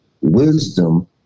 wisdom